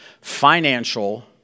financial